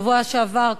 בשבוע שעבר,